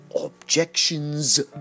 objections